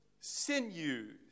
sinews